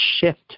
shift